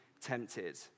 tempted